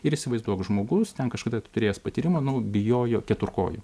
ir įsivaizduok žmogus ten kažkada turėjęs patyrimąnu bijojo keturkojų